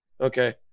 okay